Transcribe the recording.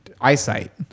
eyesight